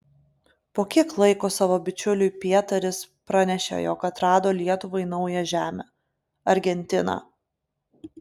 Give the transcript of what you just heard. po kiek laiko savo bičiuliui pietaris pranešė jog atrado lietuvai naują žemę argentiną